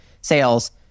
sales